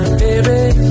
baby